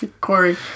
Corey